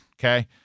Okay